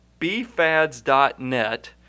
bfads.net